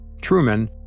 Truman